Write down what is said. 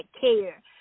care